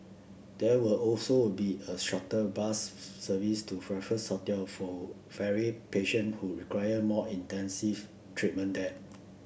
there will also wound be a shuttle bus service to Raffles Hotel for ferry patient who require more intensive treatment there